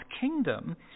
kingdom